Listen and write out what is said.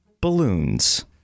balloons